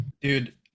dude